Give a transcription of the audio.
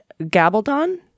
Gabaldon